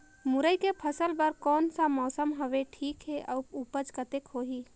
मुरई के फसल बर कोन सा मौसम हवे ठीक हे अउर ऊपज कतेक होही?